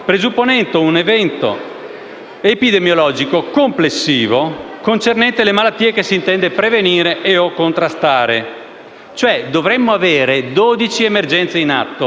Dovremmo pensare che l'intero sistema di sorveglianza epidemiologica nel nostro Paese sia saltato e dovreste chiedere voi, innanzitutto, le immediate dimissioni